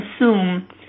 assume